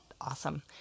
awesome